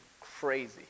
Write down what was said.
crazy